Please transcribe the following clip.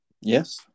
yes